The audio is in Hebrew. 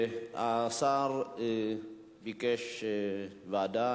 השר ביקש ועדה.